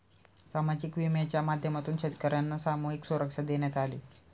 सामाजिक विम्याच्या माध्यमातून शेतकर्यांना सामूहिक सुरक्षा देण्यात आली